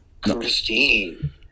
christine